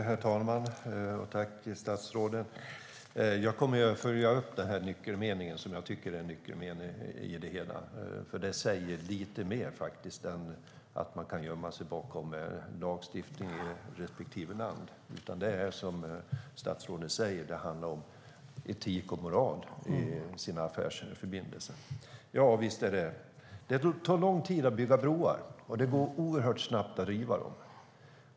Herr talman! Jag tackar statsrådet. Jag kommer att följa upp det som jag tycker är en nyckelmening i det hela, för det säger lite mer än att man kan gömma sig bakom lagstiftning i respektive land. Det är som statsrådet säger: Det handlar om etik och moral i affärsförbindelser. Visst tar det lång tid att bygga broar, och det går oerhört snabbt att riva dem.